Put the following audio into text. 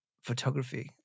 Photography